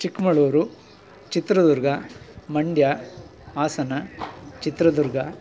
Chikkamagaluru Chitradurga Mandya Hassan Chitradurga